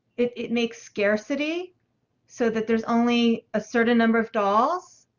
it makes scarcity so that there's only a certain number of dolls,